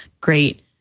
great